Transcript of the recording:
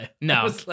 No